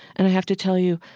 and i have to tell you,